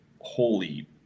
holy